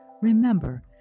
Remember